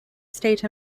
state